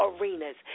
arenas